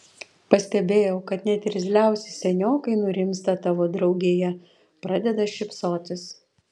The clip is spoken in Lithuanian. pastebėjau kad net irzliausi seniokai nurimsta tavo draugėje pradeda šypsotis